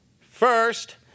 First